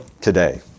today